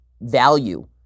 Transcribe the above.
value